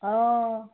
অঁ